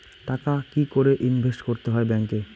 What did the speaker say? টাকা কি করে ইনভেস্ট করতে হয় ব্যাংক এ?